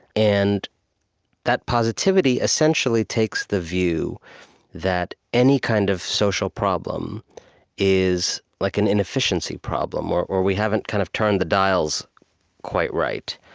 and that positivity essentially takes the view that any kind of social problem is like an inefficiency problem. or or we haven't kind of turned the dials quite right,